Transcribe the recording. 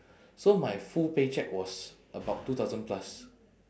so my full pay cheque was about two thousand plus